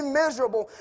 miserable